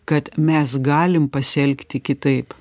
kad mes galim pasielgti kitaip